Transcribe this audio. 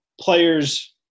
players